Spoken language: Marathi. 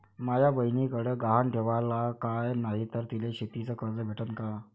माया बयनीकडे गहान ठेवाला काय नाही तर तिले शेतीच कर्ज भेटन का?